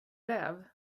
räv